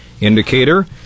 indicator